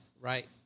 right